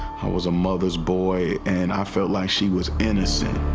i was a mother's boy. and i felt like she was innocent.